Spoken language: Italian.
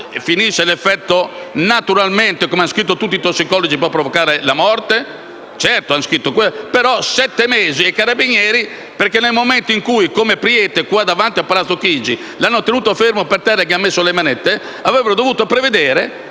finisce l'effetto, naturalmente (come hanno scritto tutti i tossicologi) può provocare la morte? Certo, hanno scritto questo. Però hanno dato sette mesi ai carabinieri perché, nel momento in cui - come Preiti davanti a Palazzo Chigi - l'hanno tenuto fermo in terra e gli hanno messo le manette, avrebbero dovuto prevedere